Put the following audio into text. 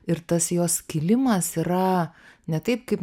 ir tas jos skilimas yra ne taip kaip